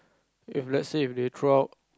if let's say if they throw out